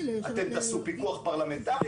אתם תעשו פיקוח פרלמנטרי,